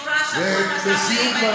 זו בשורה.